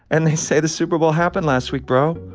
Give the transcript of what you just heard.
and they say the super bowl happened last week, bro.